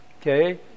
Okay